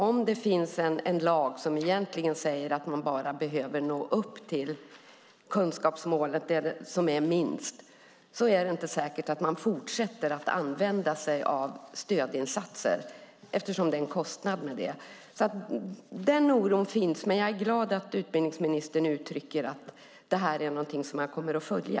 Om det finns en lag som säger att eleverna bara behöver nå upp till det minsta kunskapsmålet är det inte säkert att man fortsätter att använda sig av stödinsatser eftersom det innebär en kostnad. Den oron finns, men jag är glad att utbildningsministern uttrycker att detta är någonting som han kommer att följa.